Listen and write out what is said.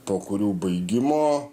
po kurių baigimo